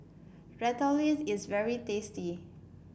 Ratatouille is very tasty